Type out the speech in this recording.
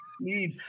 need